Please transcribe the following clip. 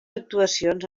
actuacions